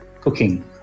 cooking